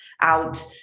out